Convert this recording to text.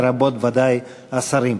לרבות ודאי השרים.